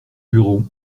bureau